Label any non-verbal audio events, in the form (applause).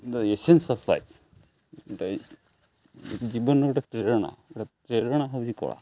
essence of (unintelligible) ଏଇ ଜୀବନର ଗୋଟେ ପ୍ରେରଣା ଗୋଟେ ପ୍ରେରଣା ହେଉଛି କଳା